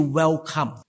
welcome